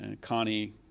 Connie